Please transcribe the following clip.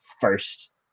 first